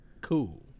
cool